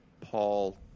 Paul